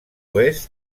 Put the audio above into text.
oest